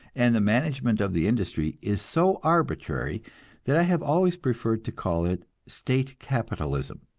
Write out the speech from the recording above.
and the management of the industry is so arbitrary that i have always preferred to call it state capitalism.